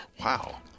Wow